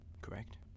correct